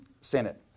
Senate